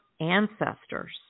ancestors